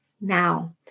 Now